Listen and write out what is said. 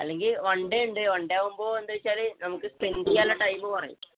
അല്ലെങ്കില് one day ഉണ്ട് one day ആകുമ്പോള് എന്താണെന്നുവെച്ചാല് നമുക്ക് സ്പെൻഡ് ചെയ്യാനുള്ള ടൈം കുറയും